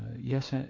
Yes